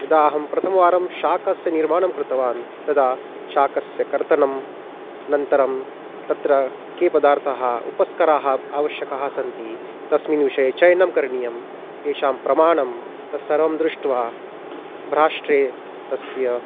यदा अहं प्रथमवारं शाकस्य निर्माणं कृतवान् तदा शाकस्य कर्तनम् अनन्तरं तत्र के पदार्थाः उपस्कराः आवश्यकाः सन्ति तस्मिन् विषये चयनं करणीयं तेषां प्रमाणं तत् सर्वं दृष्ट्वा भ्राष्ट्रे तस्य